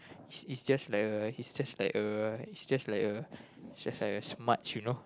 is is just like a is just like a is just like a is just like a smudge you know